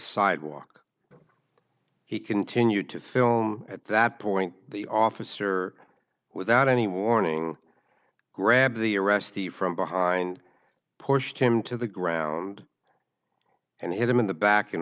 sidewalk he continued to film at that point the officer without any warning grabbed the arrestee from behind pushed him to the ground and hit him in the back in